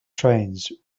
trains